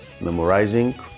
memorizing